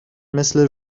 مثل